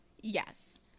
Yes